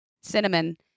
Cinnamon